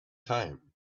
time